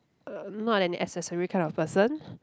uh not an accessory kind of person